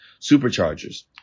Superchargers